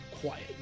quiet